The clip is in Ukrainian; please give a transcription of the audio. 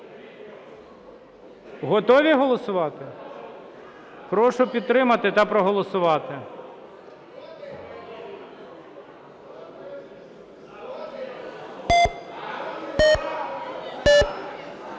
Готові голосувати? Прошу підтримати та проголосувати.